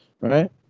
right